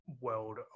world